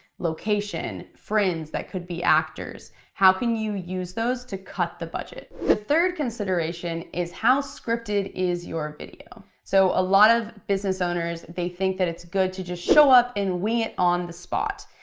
location, friends that could be actors? how can you use those to cut the budget? the third consideration is how scripted is your video. so a lot of business owners, they think that it's good to just show up and wing it on the spot.